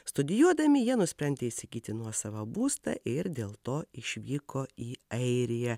studijuodami jie nusprendė įsigyti nuosavą būstą ir dėl to išvyko į airiją